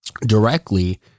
directly